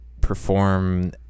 perform